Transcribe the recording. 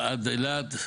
ועד אילת.